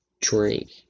drink